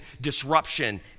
disruption